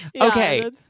okay